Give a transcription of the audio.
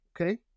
Okay